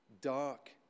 dark